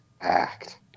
act